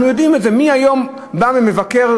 אנחנו יודעים את זה, מי היום בא ומבקר?